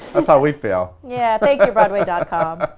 that's how we feel. yeah thank you broadway com.